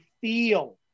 feel